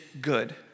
good